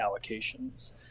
allocations